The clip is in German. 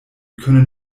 können